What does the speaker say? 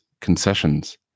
Concessions